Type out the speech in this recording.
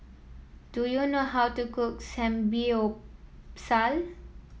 do you know how to cook Samgeyopsal